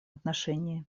отношении